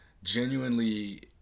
genuinely